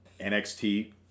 NXT